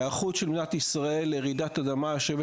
ההיערכות של מדינת ישראל לרעידות אדמה יושבת